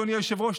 אדוני היושב-ראש,